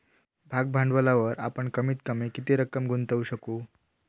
भाग भांडवलावर आपण कमीत कमी किती रक्कम गुंतवू शकू?